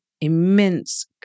immense